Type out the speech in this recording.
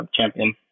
champion